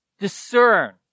discern